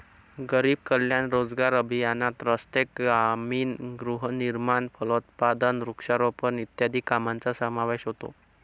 गरीब कल्याण रोजगार अभियानात रस्ते, ग्रामीण गृहनिर्माण, फलोत्पादन, वृक्षारोपण इत्यादी कामांचा समावेश होतो